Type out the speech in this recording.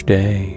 day